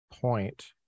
Point